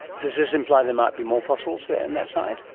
does this imply there might be more fossils there in that site?